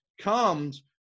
comes